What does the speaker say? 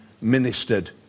ministered